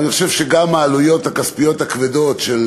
אבל אני חושב שגם העלויות הכספיות הכבדות של